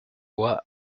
boit